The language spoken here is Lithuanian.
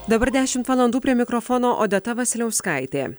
dabar dešimt valandų prie mikrofono odeta vasiliauskaitė